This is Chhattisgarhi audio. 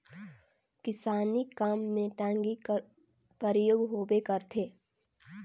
किसानी काम मे टागी कर परियोग होबे करथे